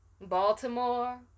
Baltimore